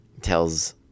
tells